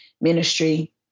ministry